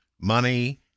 money